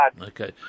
Okay